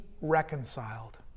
reconciled